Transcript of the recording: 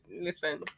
Listen